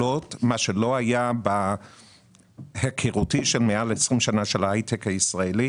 כפי שאני מכיר זה לא היה מעל ל-20 שנים בהייטק הישראלי